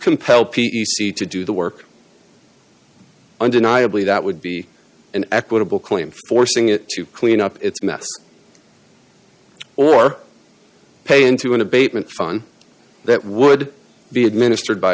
compel p e c to do the work undeniably that would be an equitable claim forcing it to clean up its mess or pay into an abatement fund that would be administered by